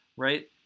right